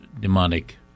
demonic